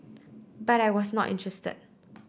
but I was not interested